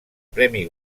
premi